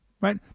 right